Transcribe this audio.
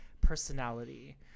personality